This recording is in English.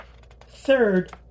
third